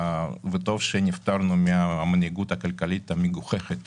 וטוב שנפטרנו מהמנהיגות הכלכלית המגוחכת